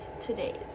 today's